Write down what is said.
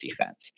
defense